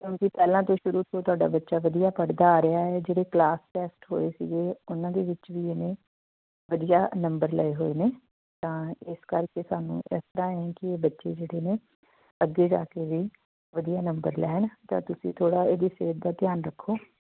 ਕਿਉਂਕਿ ਪਹਿਲਾਂ ਤੋਂ ਸ਼ੁਰੂ ਤੋਂ ਤੁਹਾਡਾ ਬੱਚਾ ਵਧੀਆ ਪੜ੍ਹਦਾ ਆ ਰਿਹਾ ਹੈ ਜਿਹੜੇ ਕਲਾਸ ਟੈਸਟ ਹੋਏ ਸੀਗੇ ਉਹਨਾਂ ਦੇ ਵਿੱਚ ਵੀ ਇਹਨੇ ਵਧੀਆ ਨੰਬਰ ਲਏ ਹੋਏ ਨੇ ਤਾਂ ਇਸ ਕਰਕੇ ਸਾਨੂੰ ਇਸ ਤਰ੍ਹਾਂ ਏ ਕਿ ਬੱਚੇ ਜਿਹੜੇ ਨੇ ਅੱਗੇ ਜਾ ਕੇ ਵੀ ਵਧੀਆ ਨੰਬਰ ਲੈਣ ਤਾਂ ਤੁਸੀਂ ਥੋੜ੍ਹਾ ਇਹਦੀ ਸਿਹਤ ਦਾ ਧਿਆਨ ਰੱਖੋ